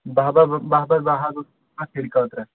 بہہ بہہ بَے بہہ حظ ہیٚرِ خٲطرٕ